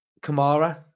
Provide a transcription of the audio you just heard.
Kamara